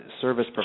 service